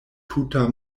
tuta